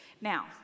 Now